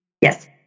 yes